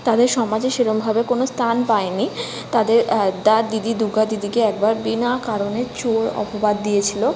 তাদের সমাজে সেরকমভাবে কোনো স্থান পায়নি তাদের তার দিদি দুর্গা দিদিকে একবার বিনা কারণে চোর অপবাদ দিয়েছিল